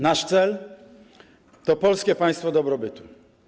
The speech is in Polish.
Nasz cel to polskie państwo dobrobytu.